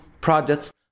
projects